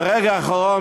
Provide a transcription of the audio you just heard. ברגע האחרון,